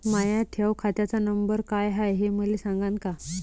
माया ठेव खात्याचा नंबर काय हाय हे मले सांगान का?